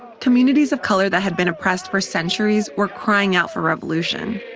communities of color that had been oppressed for centuries were crying out for revolution